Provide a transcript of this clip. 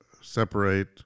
separate